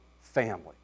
family